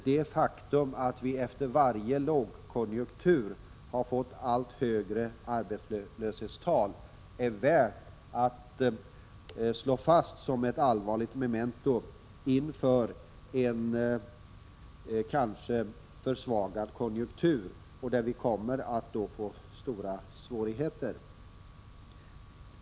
Det faktum att vi efter varje lågkonjunktur har fått allt högre arbetslöshetstal är värt att notera. Det är ett allvarligt memento inför en trolig försvagad konjunktur under nästa budgetår. Då kommer vi att få stora svårigheter.